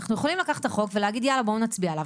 אנחנו יכולים לקחת את החוק ולהגיד 'יאללה בואו נצביע עליו'.